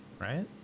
right